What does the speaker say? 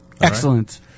Excellent